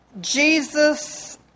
Jesus